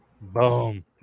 Boom